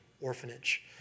Orphanage